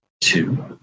two